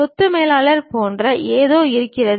சொத்து மேலாளர் போன்ற ஏதோ இருக்கிறது